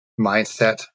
mindset